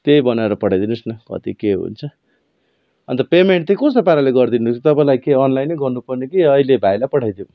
त्यही बनाएर पठाइदिनुहोस् न कति के हुन्छ अन्त पेमेन्ट चाहिँ कस्तो पाराले गरिदिनु तपाईँलाई के अनलाइन नै गर्नु पर्ने कि अहिले भाइलाई पठाइदिउँ